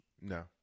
No